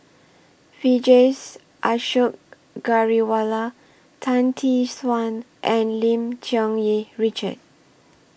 Vijesh Ashok Ghariwala Tan Tee Suan and Lim Cherng Yih Richard